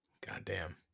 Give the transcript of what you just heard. Goddamn